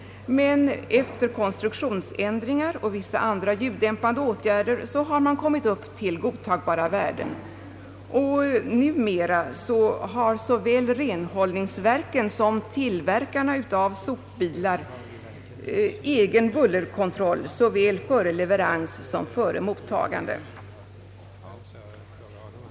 Efter konstruktionsändringar och vissa andra ljuddämpande åtgärder har man kommit ned till godtagbara värden. Numera har såväl renhållningsverken som tillverkarna av sopbilar egen bullerkontroll både före leverans och mottagande.